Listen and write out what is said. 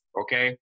okay